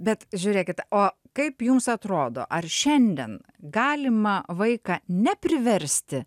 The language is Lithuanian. bet žiūrėkit o kaip jums atrodo ar šiandien galima vaiką nepriversti